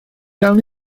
gawn